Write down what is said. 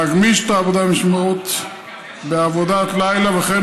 להגמיש את העבודה במשמרות בעבודת לילה וכן